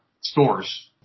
stores